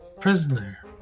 prisoner